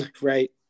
right